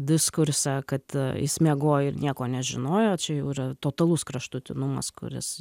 diskurse kad jis miegojo ir nieko nežinojo čia jau yra totalus kraštutinumas kuris